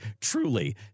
truly